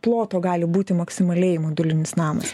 ploto gali būti maksimaliai modulinis namas